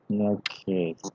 Okay